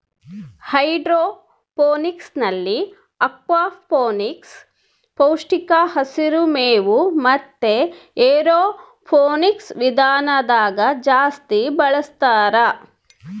ಹೈಡ್ರೋಫೋನಿಕ್ಸ್ನಲ್ಲಿ ಅಕ್ವಾಫೋನಿಕ್ಸ್, ಪೌಷ್ಟಿಕ ಹಸಿರು ಮೇವು ಮತೆ ಏರೋಫೋನಿಕ್ಸ್ ವಿಧಾನದಾಗ ಜಾಸ್ತಿ ಬಳಸ್ತಾರ